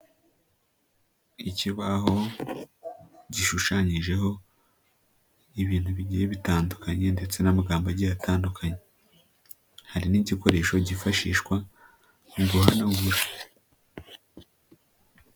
Ikibaho gishushanyijeho ibintu bigiye bitandukanye ndetse n'amagambo agiye atandukanye. Hari n'igikoresho cyifashishwa mu guhanagura.